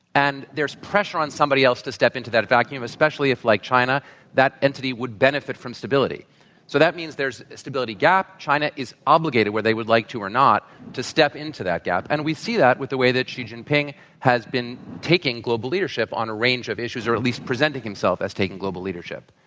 and there's pressure on somebody else to step into that vacuum, especially if like china that entity would benefit from stability. so that means there's a stability gap. china is obligated, whether they would like to or not, to step into that gap. and we see that with the way that xi jinping has been taking global leadership on a range of issues, or at least presenting himself as taking global leadership.